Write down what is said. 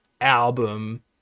album